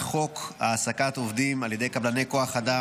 חוק העסקת עובדים על ידי קבלני כוח אדם,